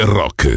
rock